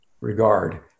regard